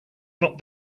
not